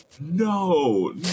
No